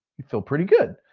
you feel pretty good.